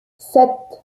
sept